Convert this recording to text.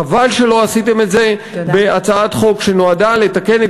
חבל שלא עשיתם את זה בהצעת חוק שנועדה לתקן את